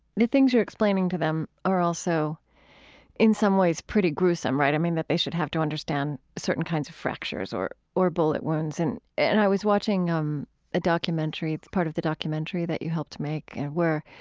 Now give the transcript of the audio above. the things you're explaining to them are also in some ways pretty gruesome, right, i mean, that they should have to understand certain kinds of fractures or or bullet wounds. and and i was watching um a documentary, it's part of the documentary that you helped make, where